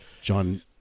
John